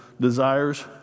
desires